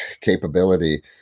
capability